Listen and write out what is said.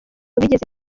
bigeze